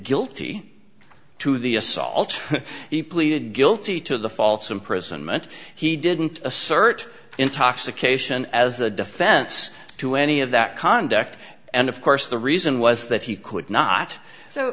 guilty to the assault he pleaded guilty to the false imprisonment he didn't assert intoxication as a defense to any of that conduct and of course the reason was that he could not so